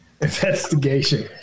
investigation